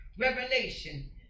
revelation